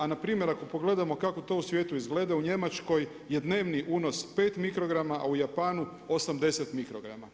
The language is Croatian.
A na primjer ako pogledamo kako to u svijetu izgleda u Njemačkoj je dnevni unos 5 mikrograma, a u Japanu 80 mikro grama.